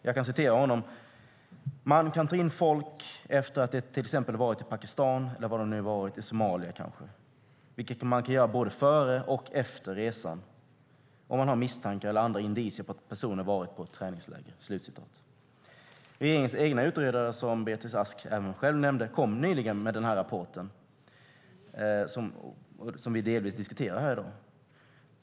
Han säger: Man kan ta in folk efter att de till exempel har varit i Pakistan eller var de nu har varit - i Somalia kanske. Man kan göra det både före och efter resan om man har misstankar eller andra indicier på att personen har varit på ett träningsläger. Regeringens egen utredare, som Beatrice Ask även nämnde själv, kom nyligen med den rapport vi delvis diskuterar i dag.